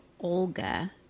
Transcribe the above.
Olga